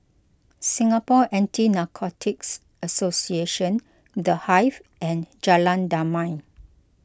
Singapore Anti Narcotics Association the Hive and Jalan Damai